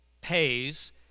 pays